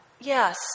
Yes